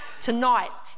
Tonight